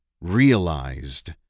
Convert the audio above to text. realized